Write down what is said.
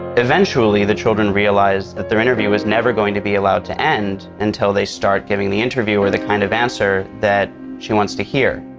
eventually, the children realize that their interview was never going to be allowed to end until they start giving the interviewer the kind of answer that she wants to hear.